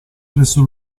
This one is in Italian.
presso